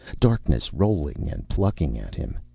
darkness, rolling and plucking at him.